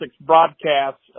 broadcasts